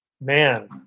man